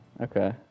Okay